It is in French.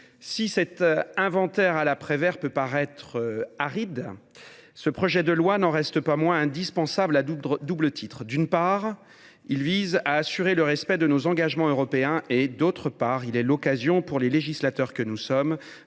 Si cet inventaire à la Prévert peut paraître aride, le présent projet de loi n’en reste pas moins indispensable, à un double titre : d’une part, il vise à assurer le respect de nos engagements européens ; d’autre part, il est l’occasion, pour les législateurs que nous sommes,